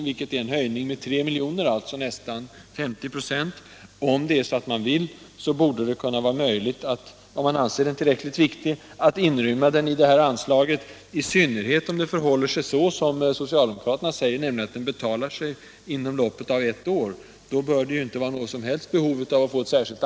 Det innebär en höjning med 3 miljoner, alltså 40 26. Om man vill och om man anser maskinen tillräckligt viktig, borde det vara möjligt att inrymma den inom detta anslag. Speciellt om det förhåller sig så, som socialdemokraterna säger i reservationen, att den betalar sig inom loppet av ett år, borde den redan vara inköpt.